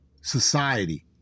society